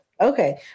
Okay